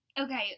Okay